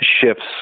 shifts